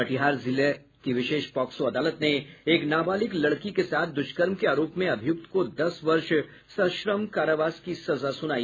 कटिहार जिले की विशेष पॉक्सो अदालत ने एक नाबालिग लड़की के साथ दुष्कर्म के आरोप में अभियुक्त को दस वर्ष सश्रम कारावास की सजा सुनाई